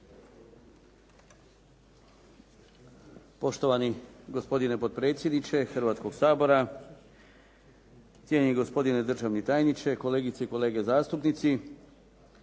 Poštovani gospodine potpredsjedniče Hrvatskoga sabora, cijenjeni gospodine državni tajniče, kolegice i kolege zastupnici.